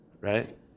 right